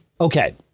okay